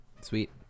Sweet